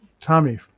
Tommy